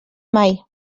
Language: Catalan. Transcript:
mai